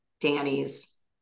Danny's